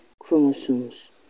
chromosomes